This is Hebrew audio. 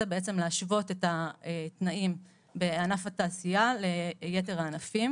להשוות את התנאים בענף התעשייה ליתר הענפים,